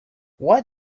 why